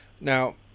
Now